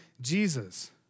Jesus